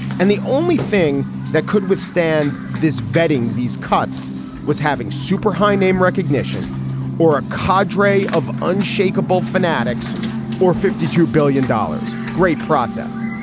and the only thing that could withstand this vetting, these cuts was having super high name recognition or a cordray. of unshakable fanatics or fifty two billion dollars great process.